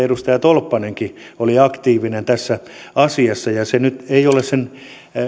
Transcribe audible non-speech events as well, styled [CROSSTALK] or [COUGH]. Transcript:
[UNINTELLIGIBLE] edustaja tolppanenkin oli aktiivinen tässä asiassa se ei nyt ole sen